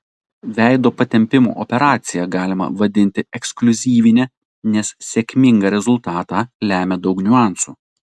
veido patempimo operaciją galima vadinti ekskliuzyvine nes sėkmingą rezultatą lemia daug niuansų